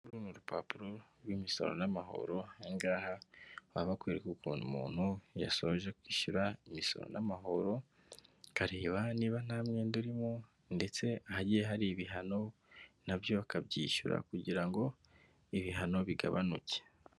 Uru ni urupapuro rw'imisoro n'amahoro, aha ngaha baba bakwereka ukuntu umuntu yasoje kwishyura imisoro n'amahoro, bakareba niba nta mwenda urimo ndetse ahagiye hari ibihano nabyo akabyishyura kugira ngo ibihano bigabanuke.